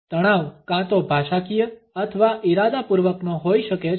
તણાવ કાં તો ભાષાકીય અથવા ઇરાદાપૂર્વકનો હોઈ શકે છે